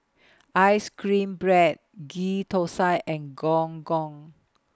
Ice Cream Bread Ghee Thosai and Gong Gong